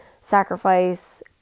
sacrifice